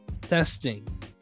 testing